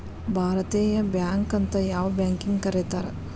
ಭಾರತೇಯ ಬ್ಯಾಂಕ್ ಅಂತ್ ಯಾವ್ ಬ್ಯಾಂಕಿಗ್ ಕರೇತಾರ್?